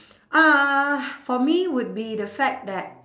uh for me would be the fact that